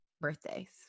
birthdays